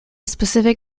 specific